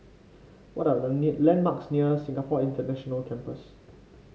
what are the near landmarks near Singapore International Campus